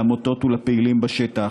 לעמותות ולפעילים בשטח,